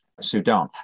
Sudan